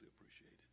appreciated